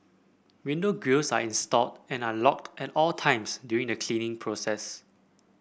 window grilles are installed and are locked at all times during the cleaning process